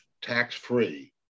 tax-free